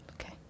Okay